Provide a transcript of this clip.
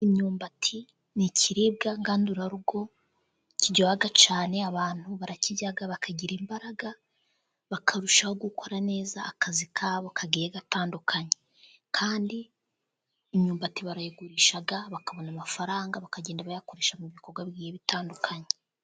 Imyumbati ni ikiribwa ngandurarugo, kiryoha cyane, abantu barakirya bakagira imbaraga, bakarushaho gukora neza akazi kabo kagiye gatandukanye. Kandi imyumbati barayigurisha bakabona amafaranga bayakoresha mu bikorwa bitandukanye.